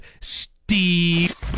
Steve